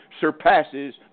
surpasses